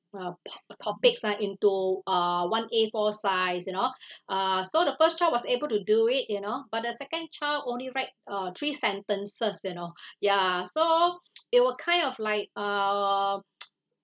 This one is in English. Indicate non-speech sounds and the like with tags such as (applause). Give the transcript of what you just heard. uh po~ uh topics uh like into uh one A four size you know (breath) uh so the first child was able to do it you know but the second child only write uh three sentences you know (breath) ya so it were kind of like uh (noise)